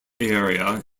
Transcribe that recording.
area